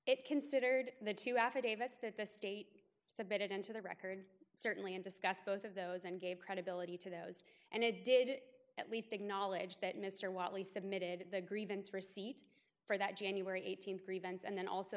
it considered the two affidavits that the state submitted into the record certainly and discussed both of those and gave credibility to those and it did at least acknowledge that mr whitely submitted the grievance receipt for that january eighteenth grievance and then also